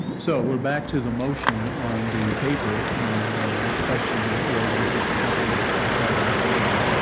so we're back to the motion on the paper and the question was, was this the company that's been cited accordingly.